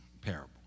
parable